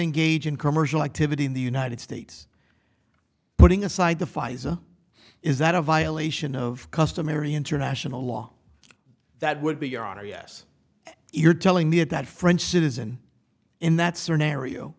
engage in commercial activity in the united states putting aside the pfizer is that a violation of customary international law that would be your honor yes you're telling me that french citizen in that scenario